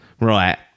Right